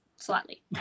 Slightly